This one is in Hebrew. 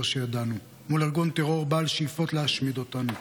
שידענו מול ארגון טרור בעל שאיפות להשמיד אותנו.